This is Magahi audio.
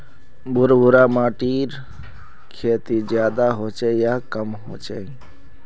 भुर भुरा माटिर खेती ज्यादा होचे या कम होचए?